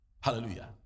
Hallelujah